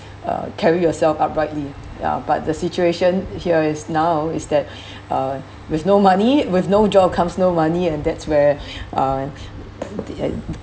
uh carry yourself uprightly ya but the situation here is now is that uh with no money with no job comes no money and that's where uh the uh